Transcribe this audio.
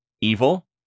evil